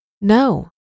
No